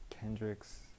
Kendrick's